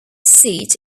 seat